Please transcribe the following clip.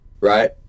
right